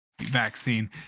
vaccine